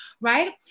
right